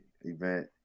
event